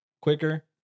quicker